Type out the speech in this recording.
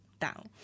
down